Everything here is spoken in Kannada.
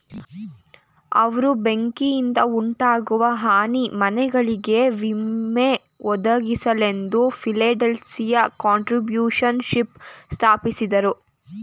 ಅವ್ರು ಬೆಂಕಿಯಿಂದಉಂಟಾಗುವ ಹಾನಿ ಮನೆಗಳಿಗೆ ವಿಮೆ ಒದಗಿಸಲೆಂದು ಫಿಲಡೆಲ್ಫಿಯ ಕಾಂಟ್ರಿಬ್ಯೂಶನ್ಶಿಪ್ ಸ್ಥಾಪಿಸಿದ್ರು